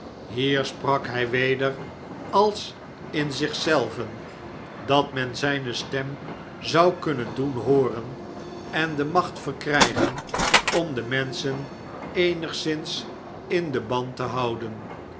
hier sprak hy weder als in zichzelven dat men zijne stem zou kunnen doen hooren en de macht verkrygen om de menschen eenigszins in den band te houden